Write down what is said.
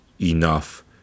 enough